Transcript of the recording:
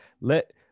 let